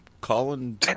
Colin